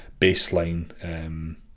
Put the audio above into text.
baseline